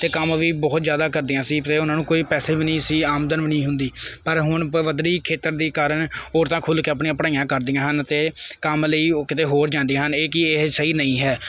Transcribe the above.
ਅਤੇ ਕੰਮ ਵੀ ਬਹੁਤ ਜ਼ਿਆਦਾ ਕਰਦੀਆਂ ਸੀ ਅਤੇ ਉਨ੍ਹਾਂ ਨੂੰ ਕੋਈ ਪੈਸੇ ਵੀ ਨਹੀਂ ਸੀ ਆਮਦਨ ਵੀ ਨਹੀਂ ਹੁੰਦੀ ਪਰ ਹੁਣ ਪੱਧਰੀ ਖੇਤਰ ਦੀ ਕਾਰਨ ਔਰਤਾਂ ਖੁੱਲ੍ਹ ਕੇ ਆਪਣੀਆਂ ਪੜ੍ਹਾਈਆਂ ਕਰਦੀਆਂ ਹਨ ਅਤੇ ਕੰਮ ਲਈ ਉਹ ਕਿਤੇ ਹੋਰ ਜਾਂਦੀਆਂ ਹਨ ਇਹ ਕਿ ਇਹ ਸਹੀ ਨਹੀਂ ਹੈ